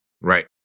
Right